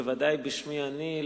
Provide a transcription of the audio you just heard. בוודאי בשמי אני,